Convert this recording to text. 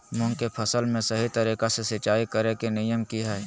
मूंग के फसल में सही तरीका से सिंचाई करें के नियम की हय?